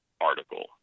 article